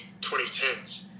2010s